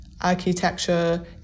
Architecture